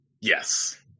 Yes